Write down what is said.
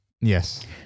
yes